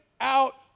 out